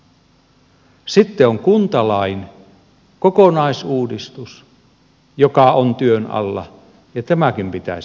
sitten on kuntalain kokonaisuudistus joka on työn alla ja tämäkin pitäisi käsitellä